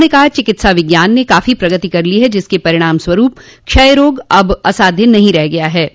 उन्होंने कहा चिकित्सा विज्ञान ने काफी प्रगति कर ली है जिसके परिणामस्वरूप क्षय रोग अब असाध्य नहीं रह गया है